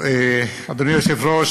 אדוני היושב-ראש,